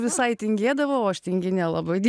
visai tingėdavo o aš tinginė labai